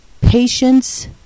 Patience